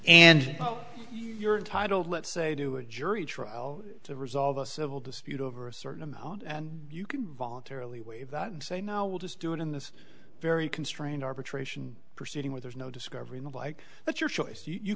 and you're entitled let's say to a jury trial to resolve a civil dispute over a certain amount and you can voluntarily waive that and say no we'll just do it in this very constrained arbitration proceeding where there's no discovery made like that's your choice you